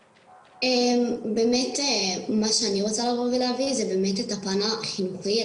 מה שאני רוצה להביא זה את הפן החינוכי,